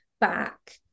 back